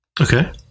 okay